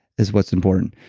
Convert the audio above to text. is what's important.